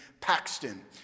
Paxton